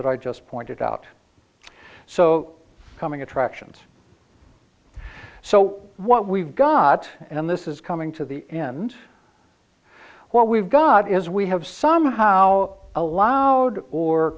that i just pointed out so coming attractions so what we've got and this is coming to the end what we've got is we have somehow allowed or